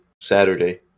Saturday